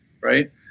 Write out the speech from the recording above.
right